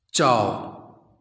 ꯆꯥꯎ